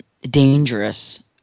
dangerous